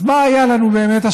אז מה היה לנו השבוע,